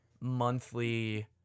monthly